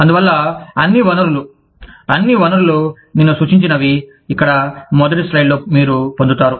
అందువల్ల అన్ని వనరులు అన్ని వనరులు నేను సూచించినవి ఇక్కడ మొదటి స్లైడ్లో మీరు పొందుతారు